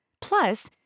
Plus